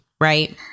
right